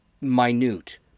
minute